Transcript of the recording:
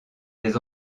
des